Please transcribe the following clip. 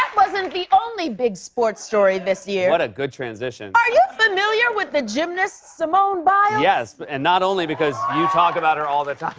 wasn't the only big sports story this year. what a good transition. are you familiar with the gymnast simone biles? yes, but and not only because you talk about her all the